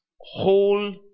whole